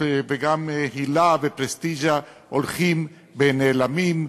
וגם הילה ופרסטיז'ה הולכים ונעלמים,